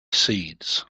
seeds